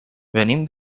venim